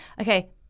Okay